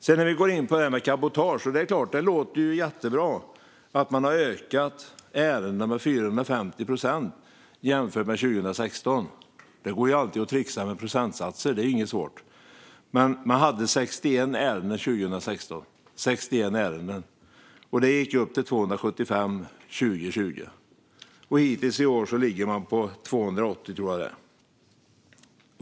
Om vi går in på cabotage låter det jättebra att antalet ärenden har ökat med 450 procent jämfört med 2016. Det går alltid att trixa med procentsatser. Det är inte svårt. Man hade 61 ärenden 2016. Det gick upp till 275 för 2020. Hittills i år tror jag att man ligger på 280.